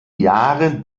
jahren